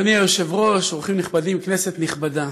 אדוני היושב-ראש, אורחים נכבדים, כנסת נכבדה,